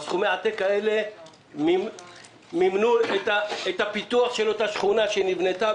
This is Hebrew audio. בסכומי העתק האלה מימנו את הפיתוח של אותה שכונה שנבנתה,